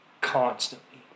constantly